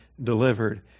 delivered